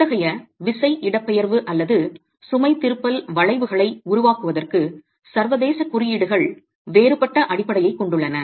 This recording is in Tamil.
அத்தகைய விசை இடப்பெயர்வு அல்லது சுமை திருப்பல் வளைவுகளை உருவாக்குவதற்கு சர்வதேச குறியீடுகள் வேறுபட்ட அடிப்படையைக் கொண்டுள்ளன